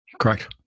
correct